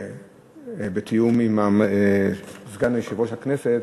בתיאום עם סגן מזכירת הכנסת,